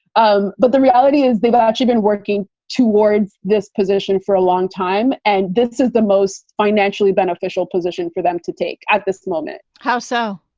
um but the reality is they got you've been working towards this position for a long time, and this is the most financially beneficial position for them to take at this moment. how so?